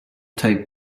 take